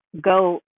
go